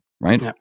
right